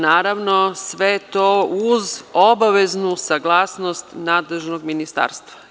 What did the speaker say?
Naravno, sve to uz obaveznu saglasnost nadležnog ministarstva.